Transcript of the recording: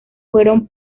fueron